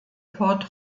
port